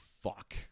fuck